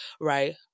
right